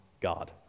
God